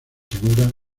seguras